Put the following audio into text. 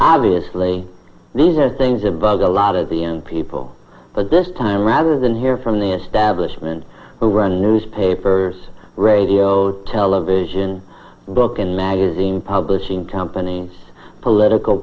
obviously these are things i'm bug a lot of the end people but this time rather than hear from the establishment who run newspapers radio television book and magazine publishing companies political